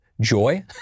joy